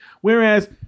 whereas